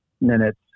minutes